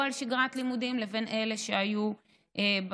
על שגרת לימודים לבין אלה שהיו בבתים,